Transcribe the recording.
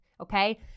okay